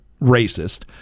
racist